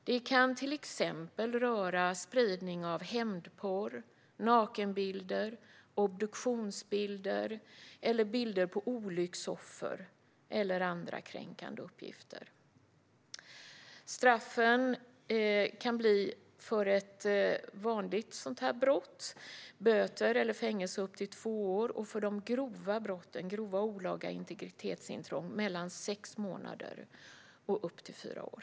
Det kan till exempel röra spridning av hämndporr, nakenbilder, obduktionsbilder eller bilder på olycksoffer och andra kränkande uppgifter. Straffet för ett vanligt sådant här brott kan bli böter eller fängelse upp till två år, och för grova olaga integritetsintrång kan straffet bli mellan sex månader och upp till fyra år.